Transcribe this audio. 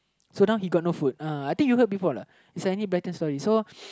so now he got no food uh I think you heard before lah it's a Enid-Blyton story so